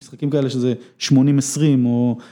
‫משחקים כאלה שזה 80-20 או...